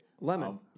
Lemon